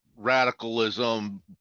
radicalism